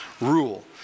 rule